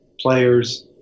players